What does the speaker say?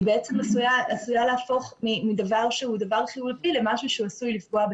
היא בעצם עשויה להפוך מדבר שהוא דבר חיובי למשהו שעשוי לפגוע בציבור.